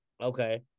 Okay